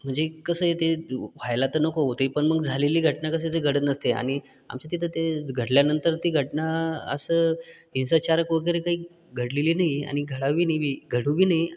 म्हणजे कसं आहे ते व्हायला तर नको ते पण मग झालेली घटना कसं ते घडत नसते आणि आमच्या तिथं ते घडल्यानंतर ती घटना असं हिंसाचारक वगैरे काही घडलेली नाही आहे आणि घडावी नाही घडू बी नाही